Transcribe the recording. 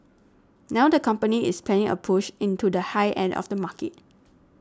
now the company is planning a push into the high end of the market